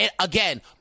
again